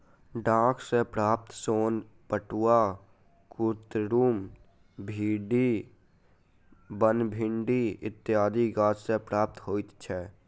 डांट सॅ प्राप्त सोन पटुआ, कुतरुम, भिंडी, बनभिंडी इत्यादि गाछ सॅ प्राप्त होइत छै